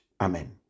Amen